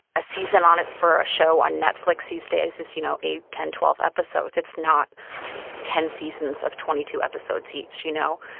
a season on it for a show on netflix these days is, you know, eight, ten, twelve episodes. it's not ten seasons of twenty two episodes each, you know?